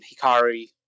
Hikari